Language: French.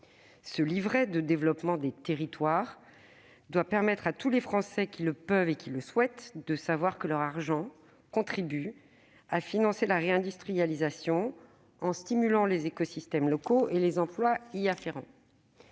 Ce « livret de développement des territoires » doit permettre à tous les Français qui le peuvent et qui le souhaitent de savoir que leur argent contribue à financer la réindustrialisation en stimulant les écosystèmes locaux et les emplois y afférents.